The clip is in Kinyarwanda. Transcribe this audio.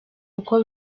kuko